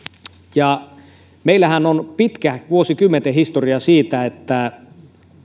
meillähän on pitkä vuosikymmenten historia siinä että